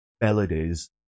melodies